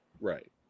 right